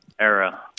era